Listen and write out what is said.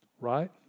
Right